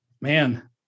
man